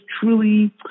truly